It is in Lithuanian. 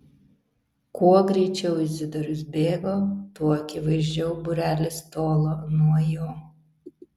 kuo greičiau izidorius bėgo tuo akivaizdžiau būrelis tolo nuo jo